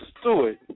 Stewart